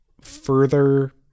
further